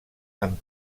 amb